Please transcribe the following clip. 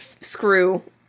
screw